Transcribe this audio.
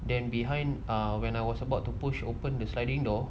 then behind ah when I was about to push open the sliding door